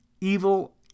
evil